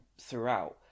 throughout